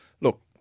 look